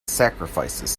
sacrifices